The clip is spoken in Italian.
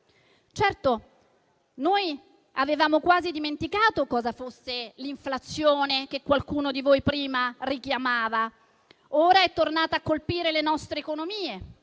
Certo noi avevamo quasi dimenticato cosa fosse l'inflazione che qualcuno di voi prima richiamava: ora è tornata a colpire le nostre economie